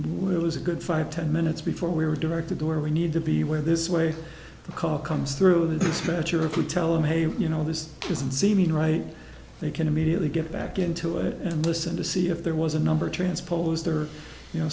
wait it was a good five ten minutes before we were directed to where we need to be where this way a car comes through the dispatcher could tell him hey you know this isn't seeming right they can immediately get back into it and listen to see if there was a number transposed or you know